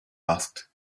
asked